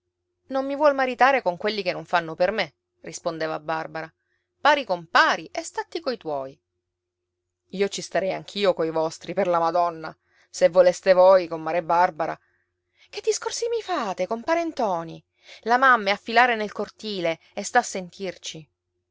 non mi vuol maritare con quelli che non fanno per me rispondeva barbara pari con pari e statti coi tuoi io ci starei anch'io coi vostri per la madonna se voleste voi comare barbara che discorsi mi fate compare ntoni la mamma è a filare nel cortile e sta a sentirci